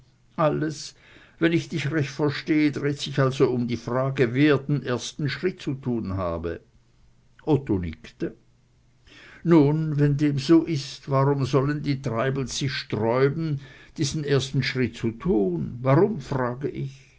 alles wenn ich dich recht verstehe dreht sich also um die frage wer den ersten schritt zu tun habe otto nickte nun wenn dem so ist warum wollen die treibels sich sträuben diesen ersten schritt zu tun warum frage ich